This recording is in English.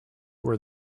were